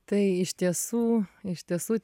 tai iš tiesų iš tiesų